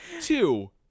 two